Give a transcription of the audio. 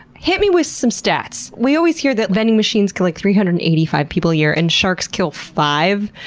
hit me with some stats. we always hear that vending machines kill, like, three hundred and eighty five people a year and sharks kill five?